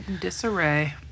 disarray